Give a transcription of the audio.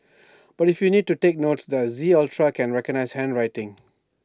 but if you need to take notes the Z ultra can recognise handwriting